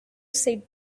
sit